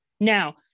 now